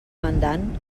mandant